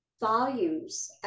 volumes